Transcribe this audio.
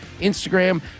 Instagram